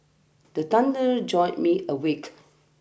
the thunder jolt me awake